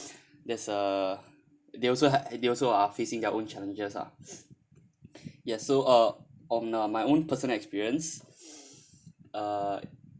there's a they also they also are facing their own challenges ah yes so uh on uh my own personal experience uh